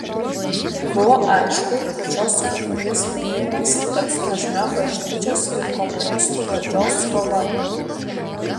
buvo aišku kad šios sukakties minėjimas taps nuožmia bažnyčios ir komunistų valdžios kova